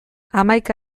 hamaika